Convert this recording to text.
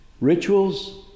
Rituals